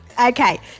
Okay